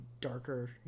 darker